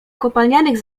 kopalnianych